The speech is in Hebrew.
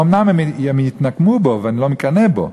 אומנם הם יתנקמו בו, ואני לא מקנא בו,